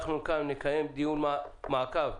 אנחנו נקיים דיון מעקב.